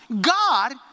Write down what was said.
God